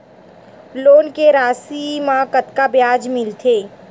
Loan के राशि मा कतका ब्याज मिलथे?